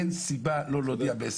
אין סיבה לא להודיע בסמס.